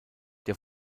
der